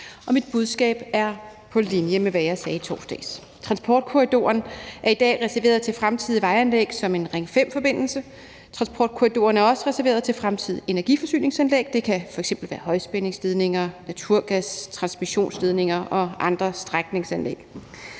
og mit budskab her er på linje med, hvad jeg sagde i torsdags. Transportkorridoren er i dag reserveret til fremtidige vejanlæg som en Ring 5-forbindelse. Transportkorridoren er også reserveret til fremtidige energiforsyningsanlæg. Det kan f.eks. være højspændingsledninger, naturgas, transmissionsledninger og andre strækningsanlæg.